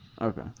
Okay